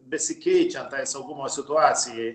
besikeičiant tai saugumo situacijai